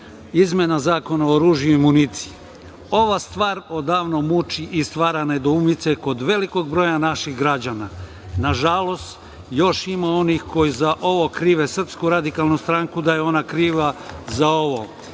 izmena zakona o oružju i municiji. Ova stvar odavno muči i stvara nedoumice kod velikog broja naših građana. Nažalost, još ima onih koji za ovo krve SRS da je ona kriva za ovo.